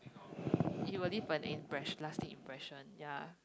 you will leave an impress~ lasting impression ya